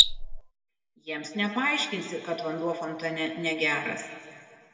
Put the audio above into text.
jiems nepaaiškinsi kad vanduo fontane negeras